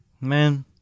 Man